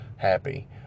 Happy